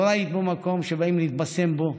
לא ראית בה מקום שבאים להתבשם בו.